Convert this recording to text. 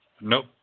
Nope